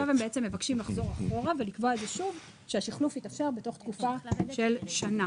לחזור אחורה ולקבוע שוב שהשחלוף יתאפשר בתוך תקופה של שנה.